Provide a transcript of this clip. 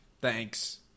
Thanks